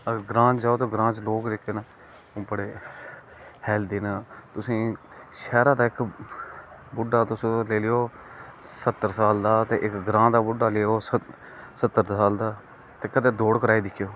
अगर ग्रां जाओ ते ग्रां च लोक जेहके ना ओह् बडे़ हैल्दी ना तुसेंगी शै्हर दा इक बुड्ढा तुस लेई लैओ सत्तर साल दा इक ग्रां दा बुड्ढा लेई लैओ सत्तर साल दा कदें दौड़ कराई दिक्खेओ